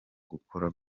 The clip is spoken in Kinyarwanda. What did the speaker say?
gukora